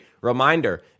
Reminder